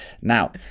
Now